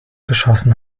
geschossen